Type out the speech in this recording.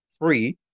free